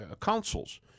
councils